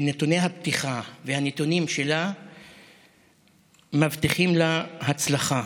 שנתוני הפתיחה והנתונים שלה מבטיחים לה הצלחה.